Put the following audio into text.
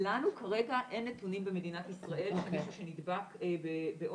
לנו כרגע אין נתונים במדינת ישראל על שמישהו שנדבק באומיקרון,